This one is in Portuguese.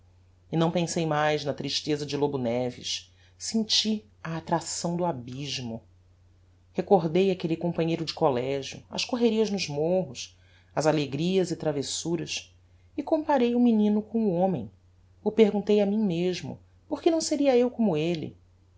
e não pensei mais na tristeza de lobo neves senti a attracção do abysmo recordei aquelle companheiro de collegio as correrias nos morros as alegrias e travessuras e comparei o menino com o homem o perguntei a mim mesmo porque não seria eu como elle